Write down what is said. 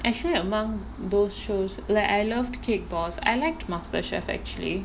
actually among both shows like I loved cake boss I liked MasterChef actually